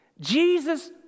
Jesus